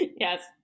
Yes